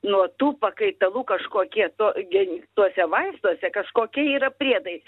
nuo tų pakaitalų kažkokie to geni tuose vaistuose kažkokie yra priedai